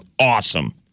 awesome